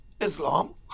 Islam